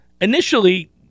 initially